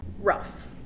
Rough